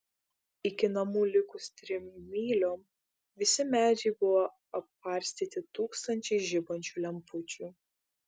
iki namų likus trim myliom visi medžiai buvo apkarstyti tūkstančiais žibančių lempučių